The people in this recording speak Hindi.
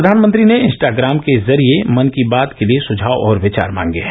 प्रधानमंत्री ने इंस्टाग्राम के जरिये मन की बात के लिए सुझाव और विचार मांगे हैं